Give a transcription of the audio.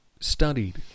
studied